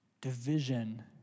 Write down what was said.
division